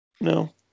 no